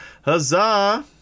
huzzah